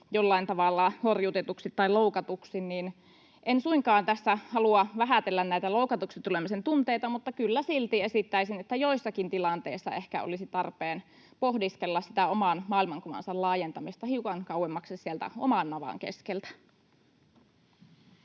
jollain tavalla horjutetuksi tai loukatuksi, niin en suinkaan tässä halua vähätellä näitä loukatuksi tulemisen tunteita, mutta kyllä silti esittäisin, että joissakin tilanteissa ehkä olisi tarpeen pohdiskella sitä oman maailmankuvansa laajentamista hiukan kauemmaksi sieltä oman navan keskeltä.